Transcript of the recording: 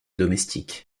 domestiques